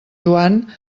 joan